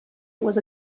was